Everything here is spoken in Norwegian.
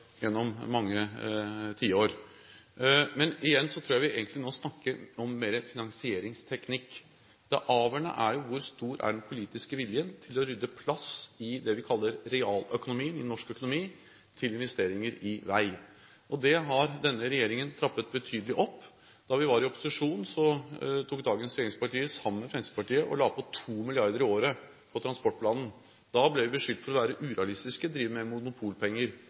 gjennom mange tiår. Men igjen tror jeg vi nå egentlig snakker om finansieringsteknikk. Det avgjørende er hvor stor den politiske viljen er til å rydde plass i det vi kaller realøkonomien i norsk økonomi, til investeringer i vei. Det har denne regjeringen trappet betydelig opp. Da vi var i opposisjon, tok dagens regjeringspartier, sammen med Fremskrittspartiet, og la på 2 mrd. kr på transportplanen. Da ble vi beskyldt for å være urealistiske, drive med monopolpenger.